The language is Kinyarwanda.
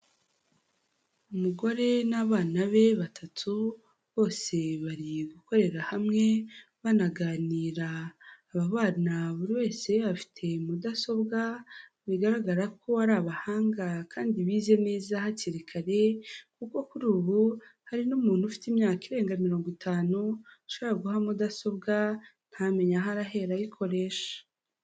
Umugore n'abana be batatu bose bari gukorera hamwe banaganira. Aba bana buri wese afite mudasobwa bigaragara ko ari abahanga kandi bize neza hakiri kare, kuko kuri ubu hari n'umuntu ufite imyaka irenga mirongo itanu ushobora guha mudasobwa ntamenye aho arahera ayikoresha.